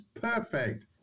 perfect